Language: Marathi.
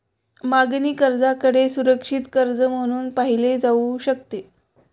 मागणी कर्जाकडे सुरक्षित कर्ज म्हणून पाहिले जाऊ शकते